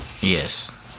Yes